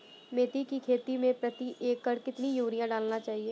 मेथी के खेती में प्रति एकड़ कितनी यूरिया डालना चाहिए?